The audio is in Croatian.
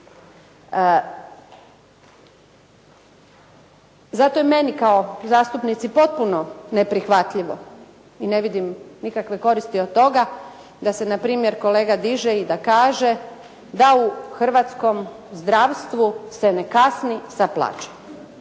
Zato je meni kao zastupnici potpuno neprihvatljivo i ne vidim nikakve koristi od toga da se npr. kolega diže i kaže da u hrvatskom zdravstvu se ne kasni sa